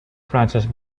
frances